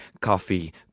coffee